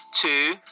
two